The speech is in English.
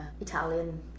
Italian